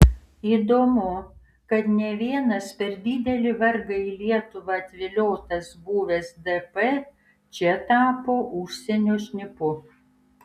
įdomu kad ne vienas per didelį vargą į lietuvą atviliotas buvęs dp čia tapo užsienio šnipu